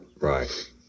Right